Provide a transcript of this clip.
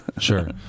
Sure